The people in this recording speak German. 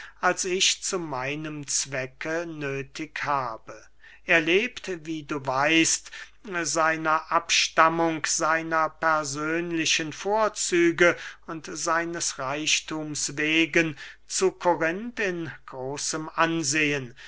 als ich zu meinem zwecke nöthig habe er lebt wie du weißt seiner abstammung seiner persönlichen vorzüge und seines reichthums wegen zu korinth in großem ansehen